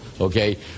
Okay